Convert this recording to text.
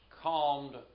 calmed